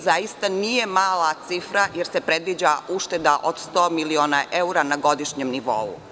Zaista nije mala cifra, jer se predviđa ušteda od 100 miliona evra na godišnjem nivou.